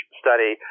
study